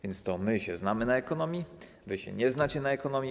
Więc to my się znamy na ekonomii, wy się nie znacie na ekonomii.